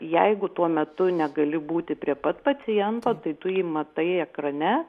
jeigu tuo metu negali būti prie pat paciento tai tu jį matai ekrane